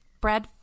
Bread